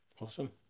awesome